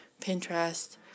Pinterest